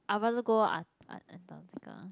I rather go a~ an~ Antarctica